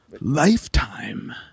Lifetime